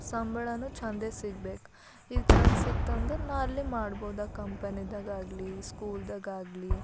ಸಂಬಳ ಛಂದೇ ಸಿಗ್ಬೇಕು ಈಗ ಛಂದ್ ಸಿಕ್ತಂದ್ರೆ ನಾ ಅಲ್ಲೇ ಮಾಡ್ಬೋದು ಆ ಕಂಪನಿದಗಾಗಲಿ ಸ್ಕೂಲ್ದಗಾಗಲಿ